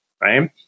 right